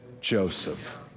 Joseph